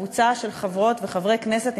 קבוצה של חברות וחברי כנסת,